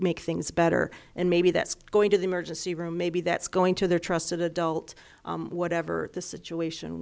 make things better and maybe that's going to the emergency room maybe that's going to their trusted adult whatever the situation